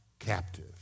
captive